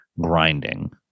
grinding